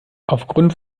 aufgrund